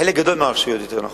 חלק גדול מהרשויות יותר נכון,